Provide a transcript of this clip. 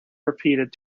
repeated